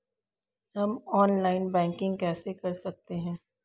हम online banking कैसे कर सकते हैं?